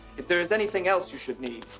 if there is anything else you should need,